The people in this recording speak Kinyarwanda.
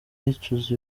yicuza